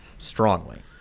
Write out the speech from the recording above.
strongly